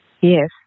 Yes